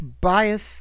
bias